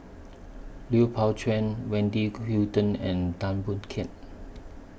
Lui Pao Chuen Wendy Gu Hutton and Tan Boon Teik